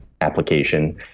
application